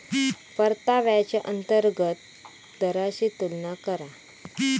परताव्याच्या अंतर्गत दराशी तुलना करा